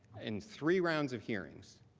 in three rounds of hearing. so